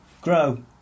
grow